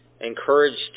encouraged